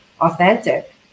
authentic